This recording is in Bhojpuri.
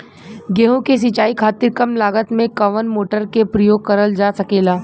गेहूँ के सिचाई खातीर कम लागत मे कवन मोटर के प्रयोग करल जा सकेला?